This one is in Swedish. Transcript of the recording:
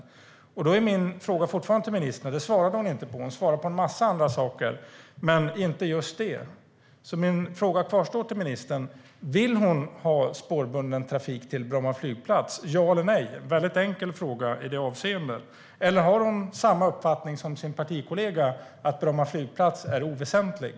Därför kvarstår min fråga till ministern - hon svarade på en massa andra saker men inte just det - om hon vill ha spårbunden trafik till Bromma flygplats. Ja eller nej! Det är en enkel fråga. Eller har hon samma uppfattning som sin partikollega att Bromma flygplats är oväsentlig?